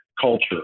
culture